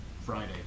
Friday